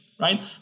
Right